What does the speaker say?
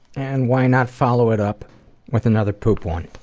and why not follow it up with another poop one.